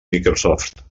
microsoft